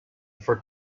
for